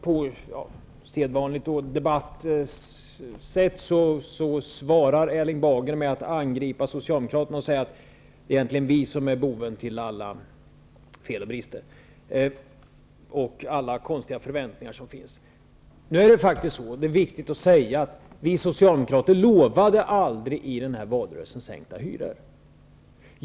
På sedvanligt debattsätt svarar Erling Bager i sitt anförande med att angripa Socialdemokraterna och säga att det egentligen är vi som är boven som ligger bakom alla fel och brister och alla konstiga förväntningar. Det är då viktigt att säga att vi socialdemokrater i valrörelsen aldrig lovade sänkta hyror.